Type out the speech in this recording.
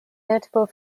notable